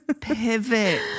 pivot